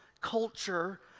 culture